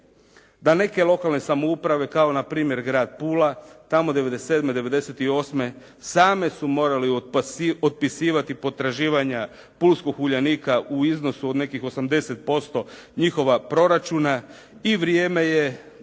da neke lokalne samouprave kao npr. grad Pula, tamo '97., '98. same su morale potpisivati potraživanja pulskog Uljanika u iznosu od nekih 80% njihova proračuna i vrijeme je